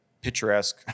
picturesque